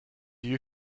you